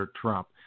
Trump